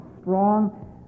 strong